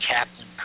Captain